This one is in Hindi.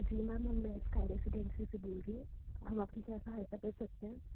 जी मैम हम स्काई रेसीडेंसी से बोल रही हूँ हम आपकी क्या सहायता कर सकते हैं